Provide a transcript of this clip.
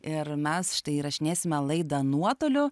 ir mes štai įrašinėsime laidą nuotoliu